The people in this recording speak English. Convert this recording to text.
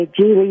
Julie